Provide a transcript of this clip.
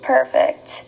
Perfect